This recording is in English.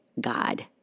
God